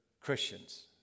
Christians